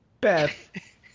Beth